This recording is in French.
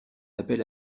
appel